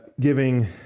giving